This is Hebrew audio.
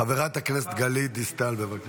חברת הכנסת גלית דיסטל, בבקשה.